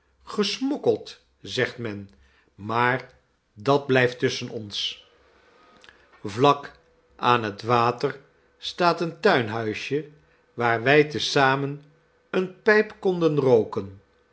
gesmokkeld zegt men maar dat blijft tusschen oris vlak aan het water staat een tuinhuisje waar wij te zamen eene pijp konden rooken